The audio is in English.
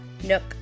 Nook